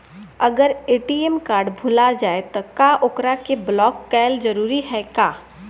अगर ATM card भूला जाए त का ओकरा के बलौक कैल जरूरी है का?